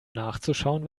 nachzuschauen